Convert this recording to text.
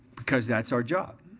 because that's our job